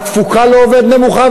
התפוקה לעובד נמוכה,